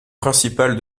principal